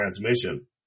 transmission